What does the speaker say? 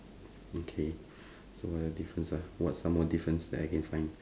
okay so what are the difference ah what's some more difference that I can find